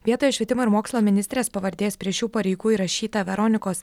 vietoj švietimo ir mokslo ministrės pavardės prie šių pareigų įrašyta veronikos